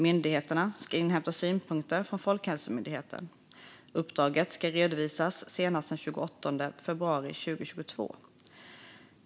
Myndigheterna ska inhämta synpunkter från Folkhälsomyndigheten. Uppdraget ska redovisas senast den 28 februari 2022.